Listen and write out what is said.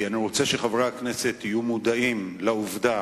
אני רוצה שחברי הכנסת יהיו מודעים לעובדה